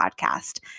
podcast